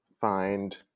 find